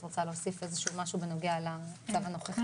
את רוצה להוסיף משהו בנוגע לצו הנוכחי?